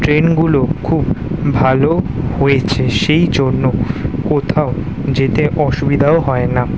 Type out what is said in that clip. ট্রেনগুলো খুব ভালো হয়েছে সেই জন্য কোথাও যেতে অসুবিধাও হয় না